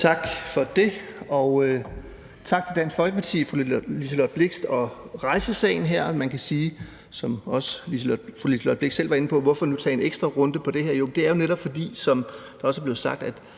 Tak for det. Og tak til Dansk Folkeparti og fru Liselott Blixt for at rejse sagen her. Man kan spørge, som også fru Liselott Blixt selv var inde på, hvorfor vi nu skal tage en ekstra runde om det her. Jo, det er jo netop, fordi – som det også er blevet sagt